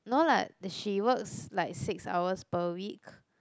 no lah that she works like six hours per week